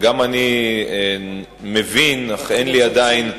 גם אני מבין אך אין לי עדיין,